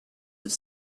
have